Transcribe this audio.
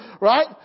right